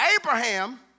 Abraham